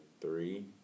three